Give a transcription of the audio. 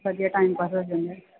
ਵਧੀਆ time pass ਹੋ ਜਾਂਦਾ ਹੈ